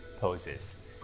poses